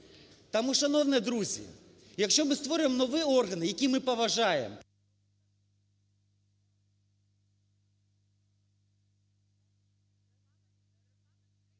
Тому, шановні друзі, якщо ми створюємо новий орган, який ми поважаємо…